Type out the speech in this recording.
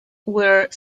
were